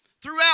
Throughout